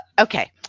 okay